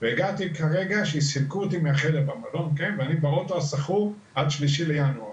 והגעתי לזה שסילקו אותי מהחדר במלון ואני באוטו השכור עד ה-03.01.